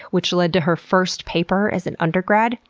which led to her first paper as an undergrad?